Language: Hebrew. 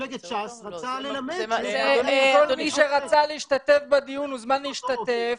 ממפלגת ש"ס רצה ללמד --- כל מי שרצה להשתתף בדיון הוזמן להשתתף.